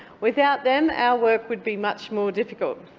without them our work would be much more difficult.